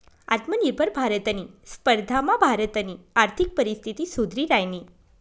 आत्मनिर्भर भारतनी स्पर्धामा भारतनी आर्थिक परिस्थिती सुधरि रायनी